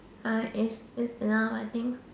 I if it's enough I think